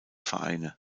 vereine